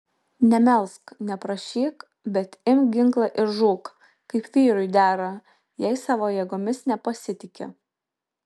nemelsk neprašyk bet imk ginklą ir žūk kaip vyrui dera jei savo jėgomis nepasitiki